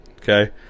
Okay